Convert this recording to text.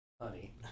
Honey